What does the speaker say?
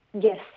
Yes